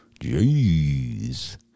Jeez